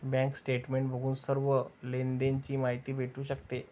bank statement बघून सर्व लेनदेण ची माहिती भेटू शकते